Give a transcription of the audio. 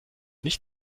nicht